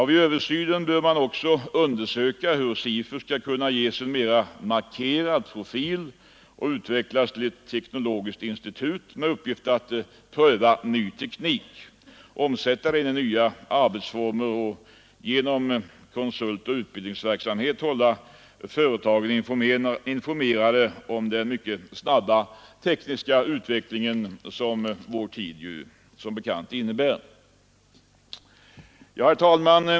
Vid översynen bör man också undersöka hur SIFU skall kunna ges en mera markerad profil och utvecklas till ett teknologiskt institut med uppgift att pröva ny teknik, omsätta den i nya arbetsformer och att genom konsultoch utbildningsverksamhet hålla företagen informerade om den mycket snabba tekniska utveckling som vår tid innebär. Herr talman!